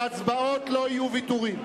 בהצבעות לא יהיו ויתורים.